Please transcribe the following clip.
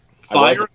Fire